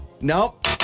Nope